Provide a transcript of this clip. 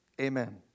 amen